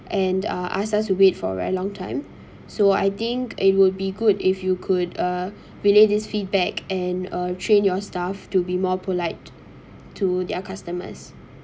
and uh ask us to wait for a very long time so I think it would be good if you could uh relay this feedback and uh train your staff to be more polite to their customers